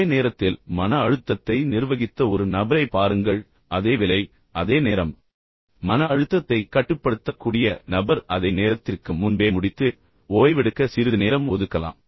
அதே நேரத்தில் மன அழுத்தத்தை நிர்வகித்த ஒரு நபரை பாருங்கள் அதே வேலை அதே நேரம் மன அழுத்தத்தைக் கட்டுப்படுத்தக்கூடிய நபர் அதை நேரத்திற்கு முன்பே முடித்து ஓய்வெடுக்க சிறிது நேரம் ஒதுக்கலாம்